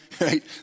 right